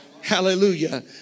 Hallelujah